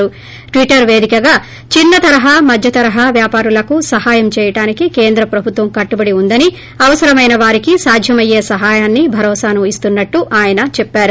ఈ ట్విటర్ పేదికగా చిన్న మధ్యతరహా వ్యాపారాలకు సహాయం చేయడానికి కేంద్ర ప్రభుత్వం కట్టుబడి ఉందని అవసరమైన వారికి సాధ్యమయ్యే సహాయాన్ని భరోసాను ఇస్తున్నట్లు చెప్పారు